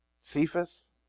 Cephas